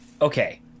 okay